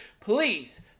Please